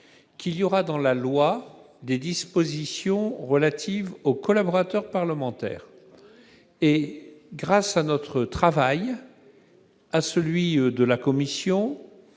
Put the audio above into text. loi, pour la première fois, des dispositions relatives aux collaborateurs parlementaires. Grâce à notre travail, à celui de la commission